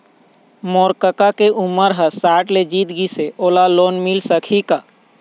मोर कका के उमर ह साठ ले जीत गिस हे, ओला लोन मिल सकही का?